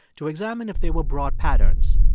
to examine if there were broad patterns,